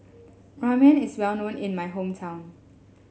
Ramen is well known in my hometown